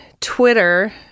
Twitter